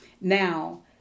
Now